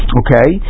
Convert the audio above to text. okay